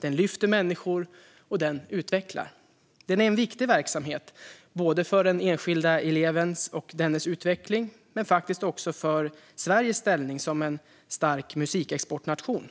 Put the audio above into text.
Den lyfter människor, och den utvecklar. Den är en viktig verksamhet för den enskilda eleven och dennes utveckling men faktiskt också för Sveriges ställning som en stark musikexportnation.